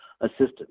assistance